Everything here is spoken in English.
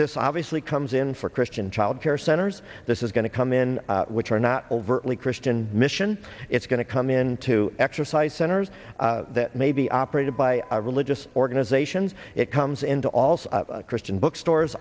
this obviously comes in for christian child care centers this is going to come in which are not overtly christian mission it's going to come in to exercise centers that may be operated by religious organizations it comes into also christian bookstores